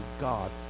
God